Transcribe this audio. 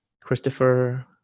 Christopher